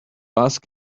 ask